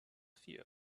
fear